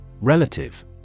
Relative